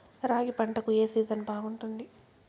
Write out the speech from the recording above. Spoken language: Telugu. రాగి పంటకు, ఏ సీజన్ బాగుంటుంది?